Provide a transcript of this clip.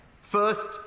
First